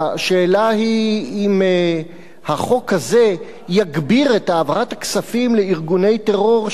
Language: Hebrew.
השאלה אם החוק הזה יגביר את העברת הכספים לארגוני טרור,